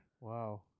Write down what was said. Wow